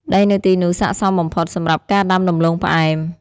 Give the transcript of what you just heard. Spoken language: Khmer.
ដីនៅទីនោះស័ក្តិសមបំផុតសម្រាប់ការដាំដំឡូងផ្អែម។